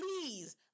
Please